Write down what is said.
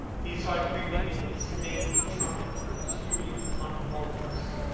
he saw it creeping into the stained trumpet of a tyrian convolvulus.